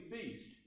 feast